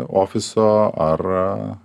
ofiso ar